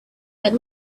that